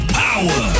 power